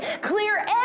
Clear